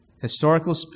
Historical